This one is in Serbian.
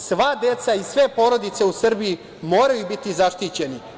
Sva deca i sve porodice u Srbiji moraju biti zaštićeni.